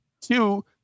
Two